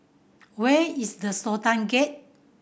where is the Sultan Gate